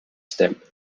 stamps